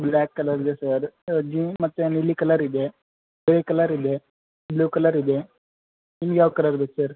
black colour ಇದೆ sir ಅದು jeans ಮತ್ತೆ ನೀಲಿ ಕಲರಿದೆ ಗ್ರೇ ಕಲರ್ ಇದೆ ಬ್ಲೂ ಕಲರ್ ಇದೆ ನಿಮ್ಗೆ ಯಾವ ಕಲರ್ ಬೇಕು ಸರ್